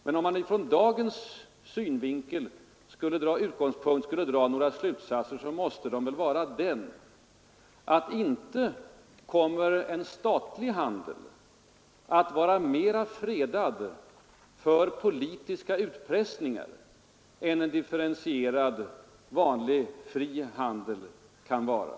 Men om man från dagens utgångspunkt skulle dra någon slutsats måste det väl vara, att inte kommer en statlig handel att vara mera fredad för politiska utpressningar än en differentierad vanlig fri handel kan vara.